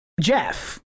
Jeff